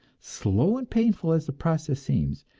slow and painful as the process seems,